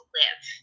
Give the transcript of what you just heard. live